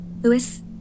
Louis